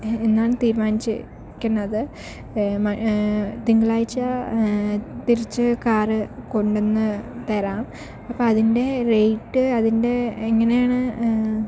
എന്നാണ് തീരുമാനിച്ചിരിക്കുന്നത് തിങ്കളാഴ്ച്ച തിരിച്ച് കാറ് കൊണ്ടുവന്ന് തരാം അപ്പം അതിൻ്റെ റേറ്റ് അതിൻ്റെ എങ്ങനെയാണ്